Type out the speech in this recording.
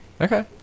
okay